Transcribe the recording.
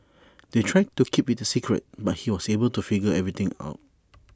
they tried to keep IT A secret but he was able to figure everything out